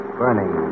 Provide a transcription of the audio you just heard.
burning